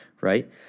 right